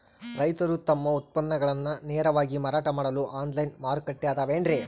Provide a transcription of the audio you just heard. ರೈತರು ತಮ್ಮ ಉತ್ಪನ್ನಗಳನ್ನ ನೇರವಾಗಿ ಮಾರಾಟ ಮಾಡಲು ಆನ್ಲೈನ್ ಮಾರುಕಟ್ಟೆ ಅದವೇನ್ರಿ?